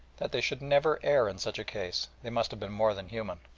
that they should never err in such a case, they must have been more than human.